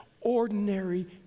Ordinary